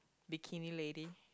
bikini lady